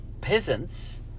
peasants